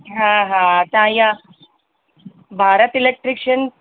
हा हा तव्हां इहा भारत इलैक्ट्रीशियन